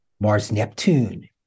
Mars-Neptune